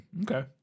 Okay